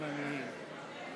הצעת חוק התקשורת (בזק ושידורים) (תיקון